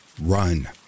Run